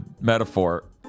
metaphor